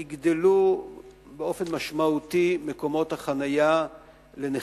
על-ידי כך יגדל באופן משמעותי מספר מקומות החנייה לנכים.